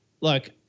look